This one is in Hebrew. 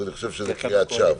אני חושב שזו קריאת שווא.